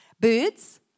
Birds